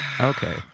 Okay